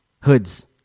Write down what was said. Hoods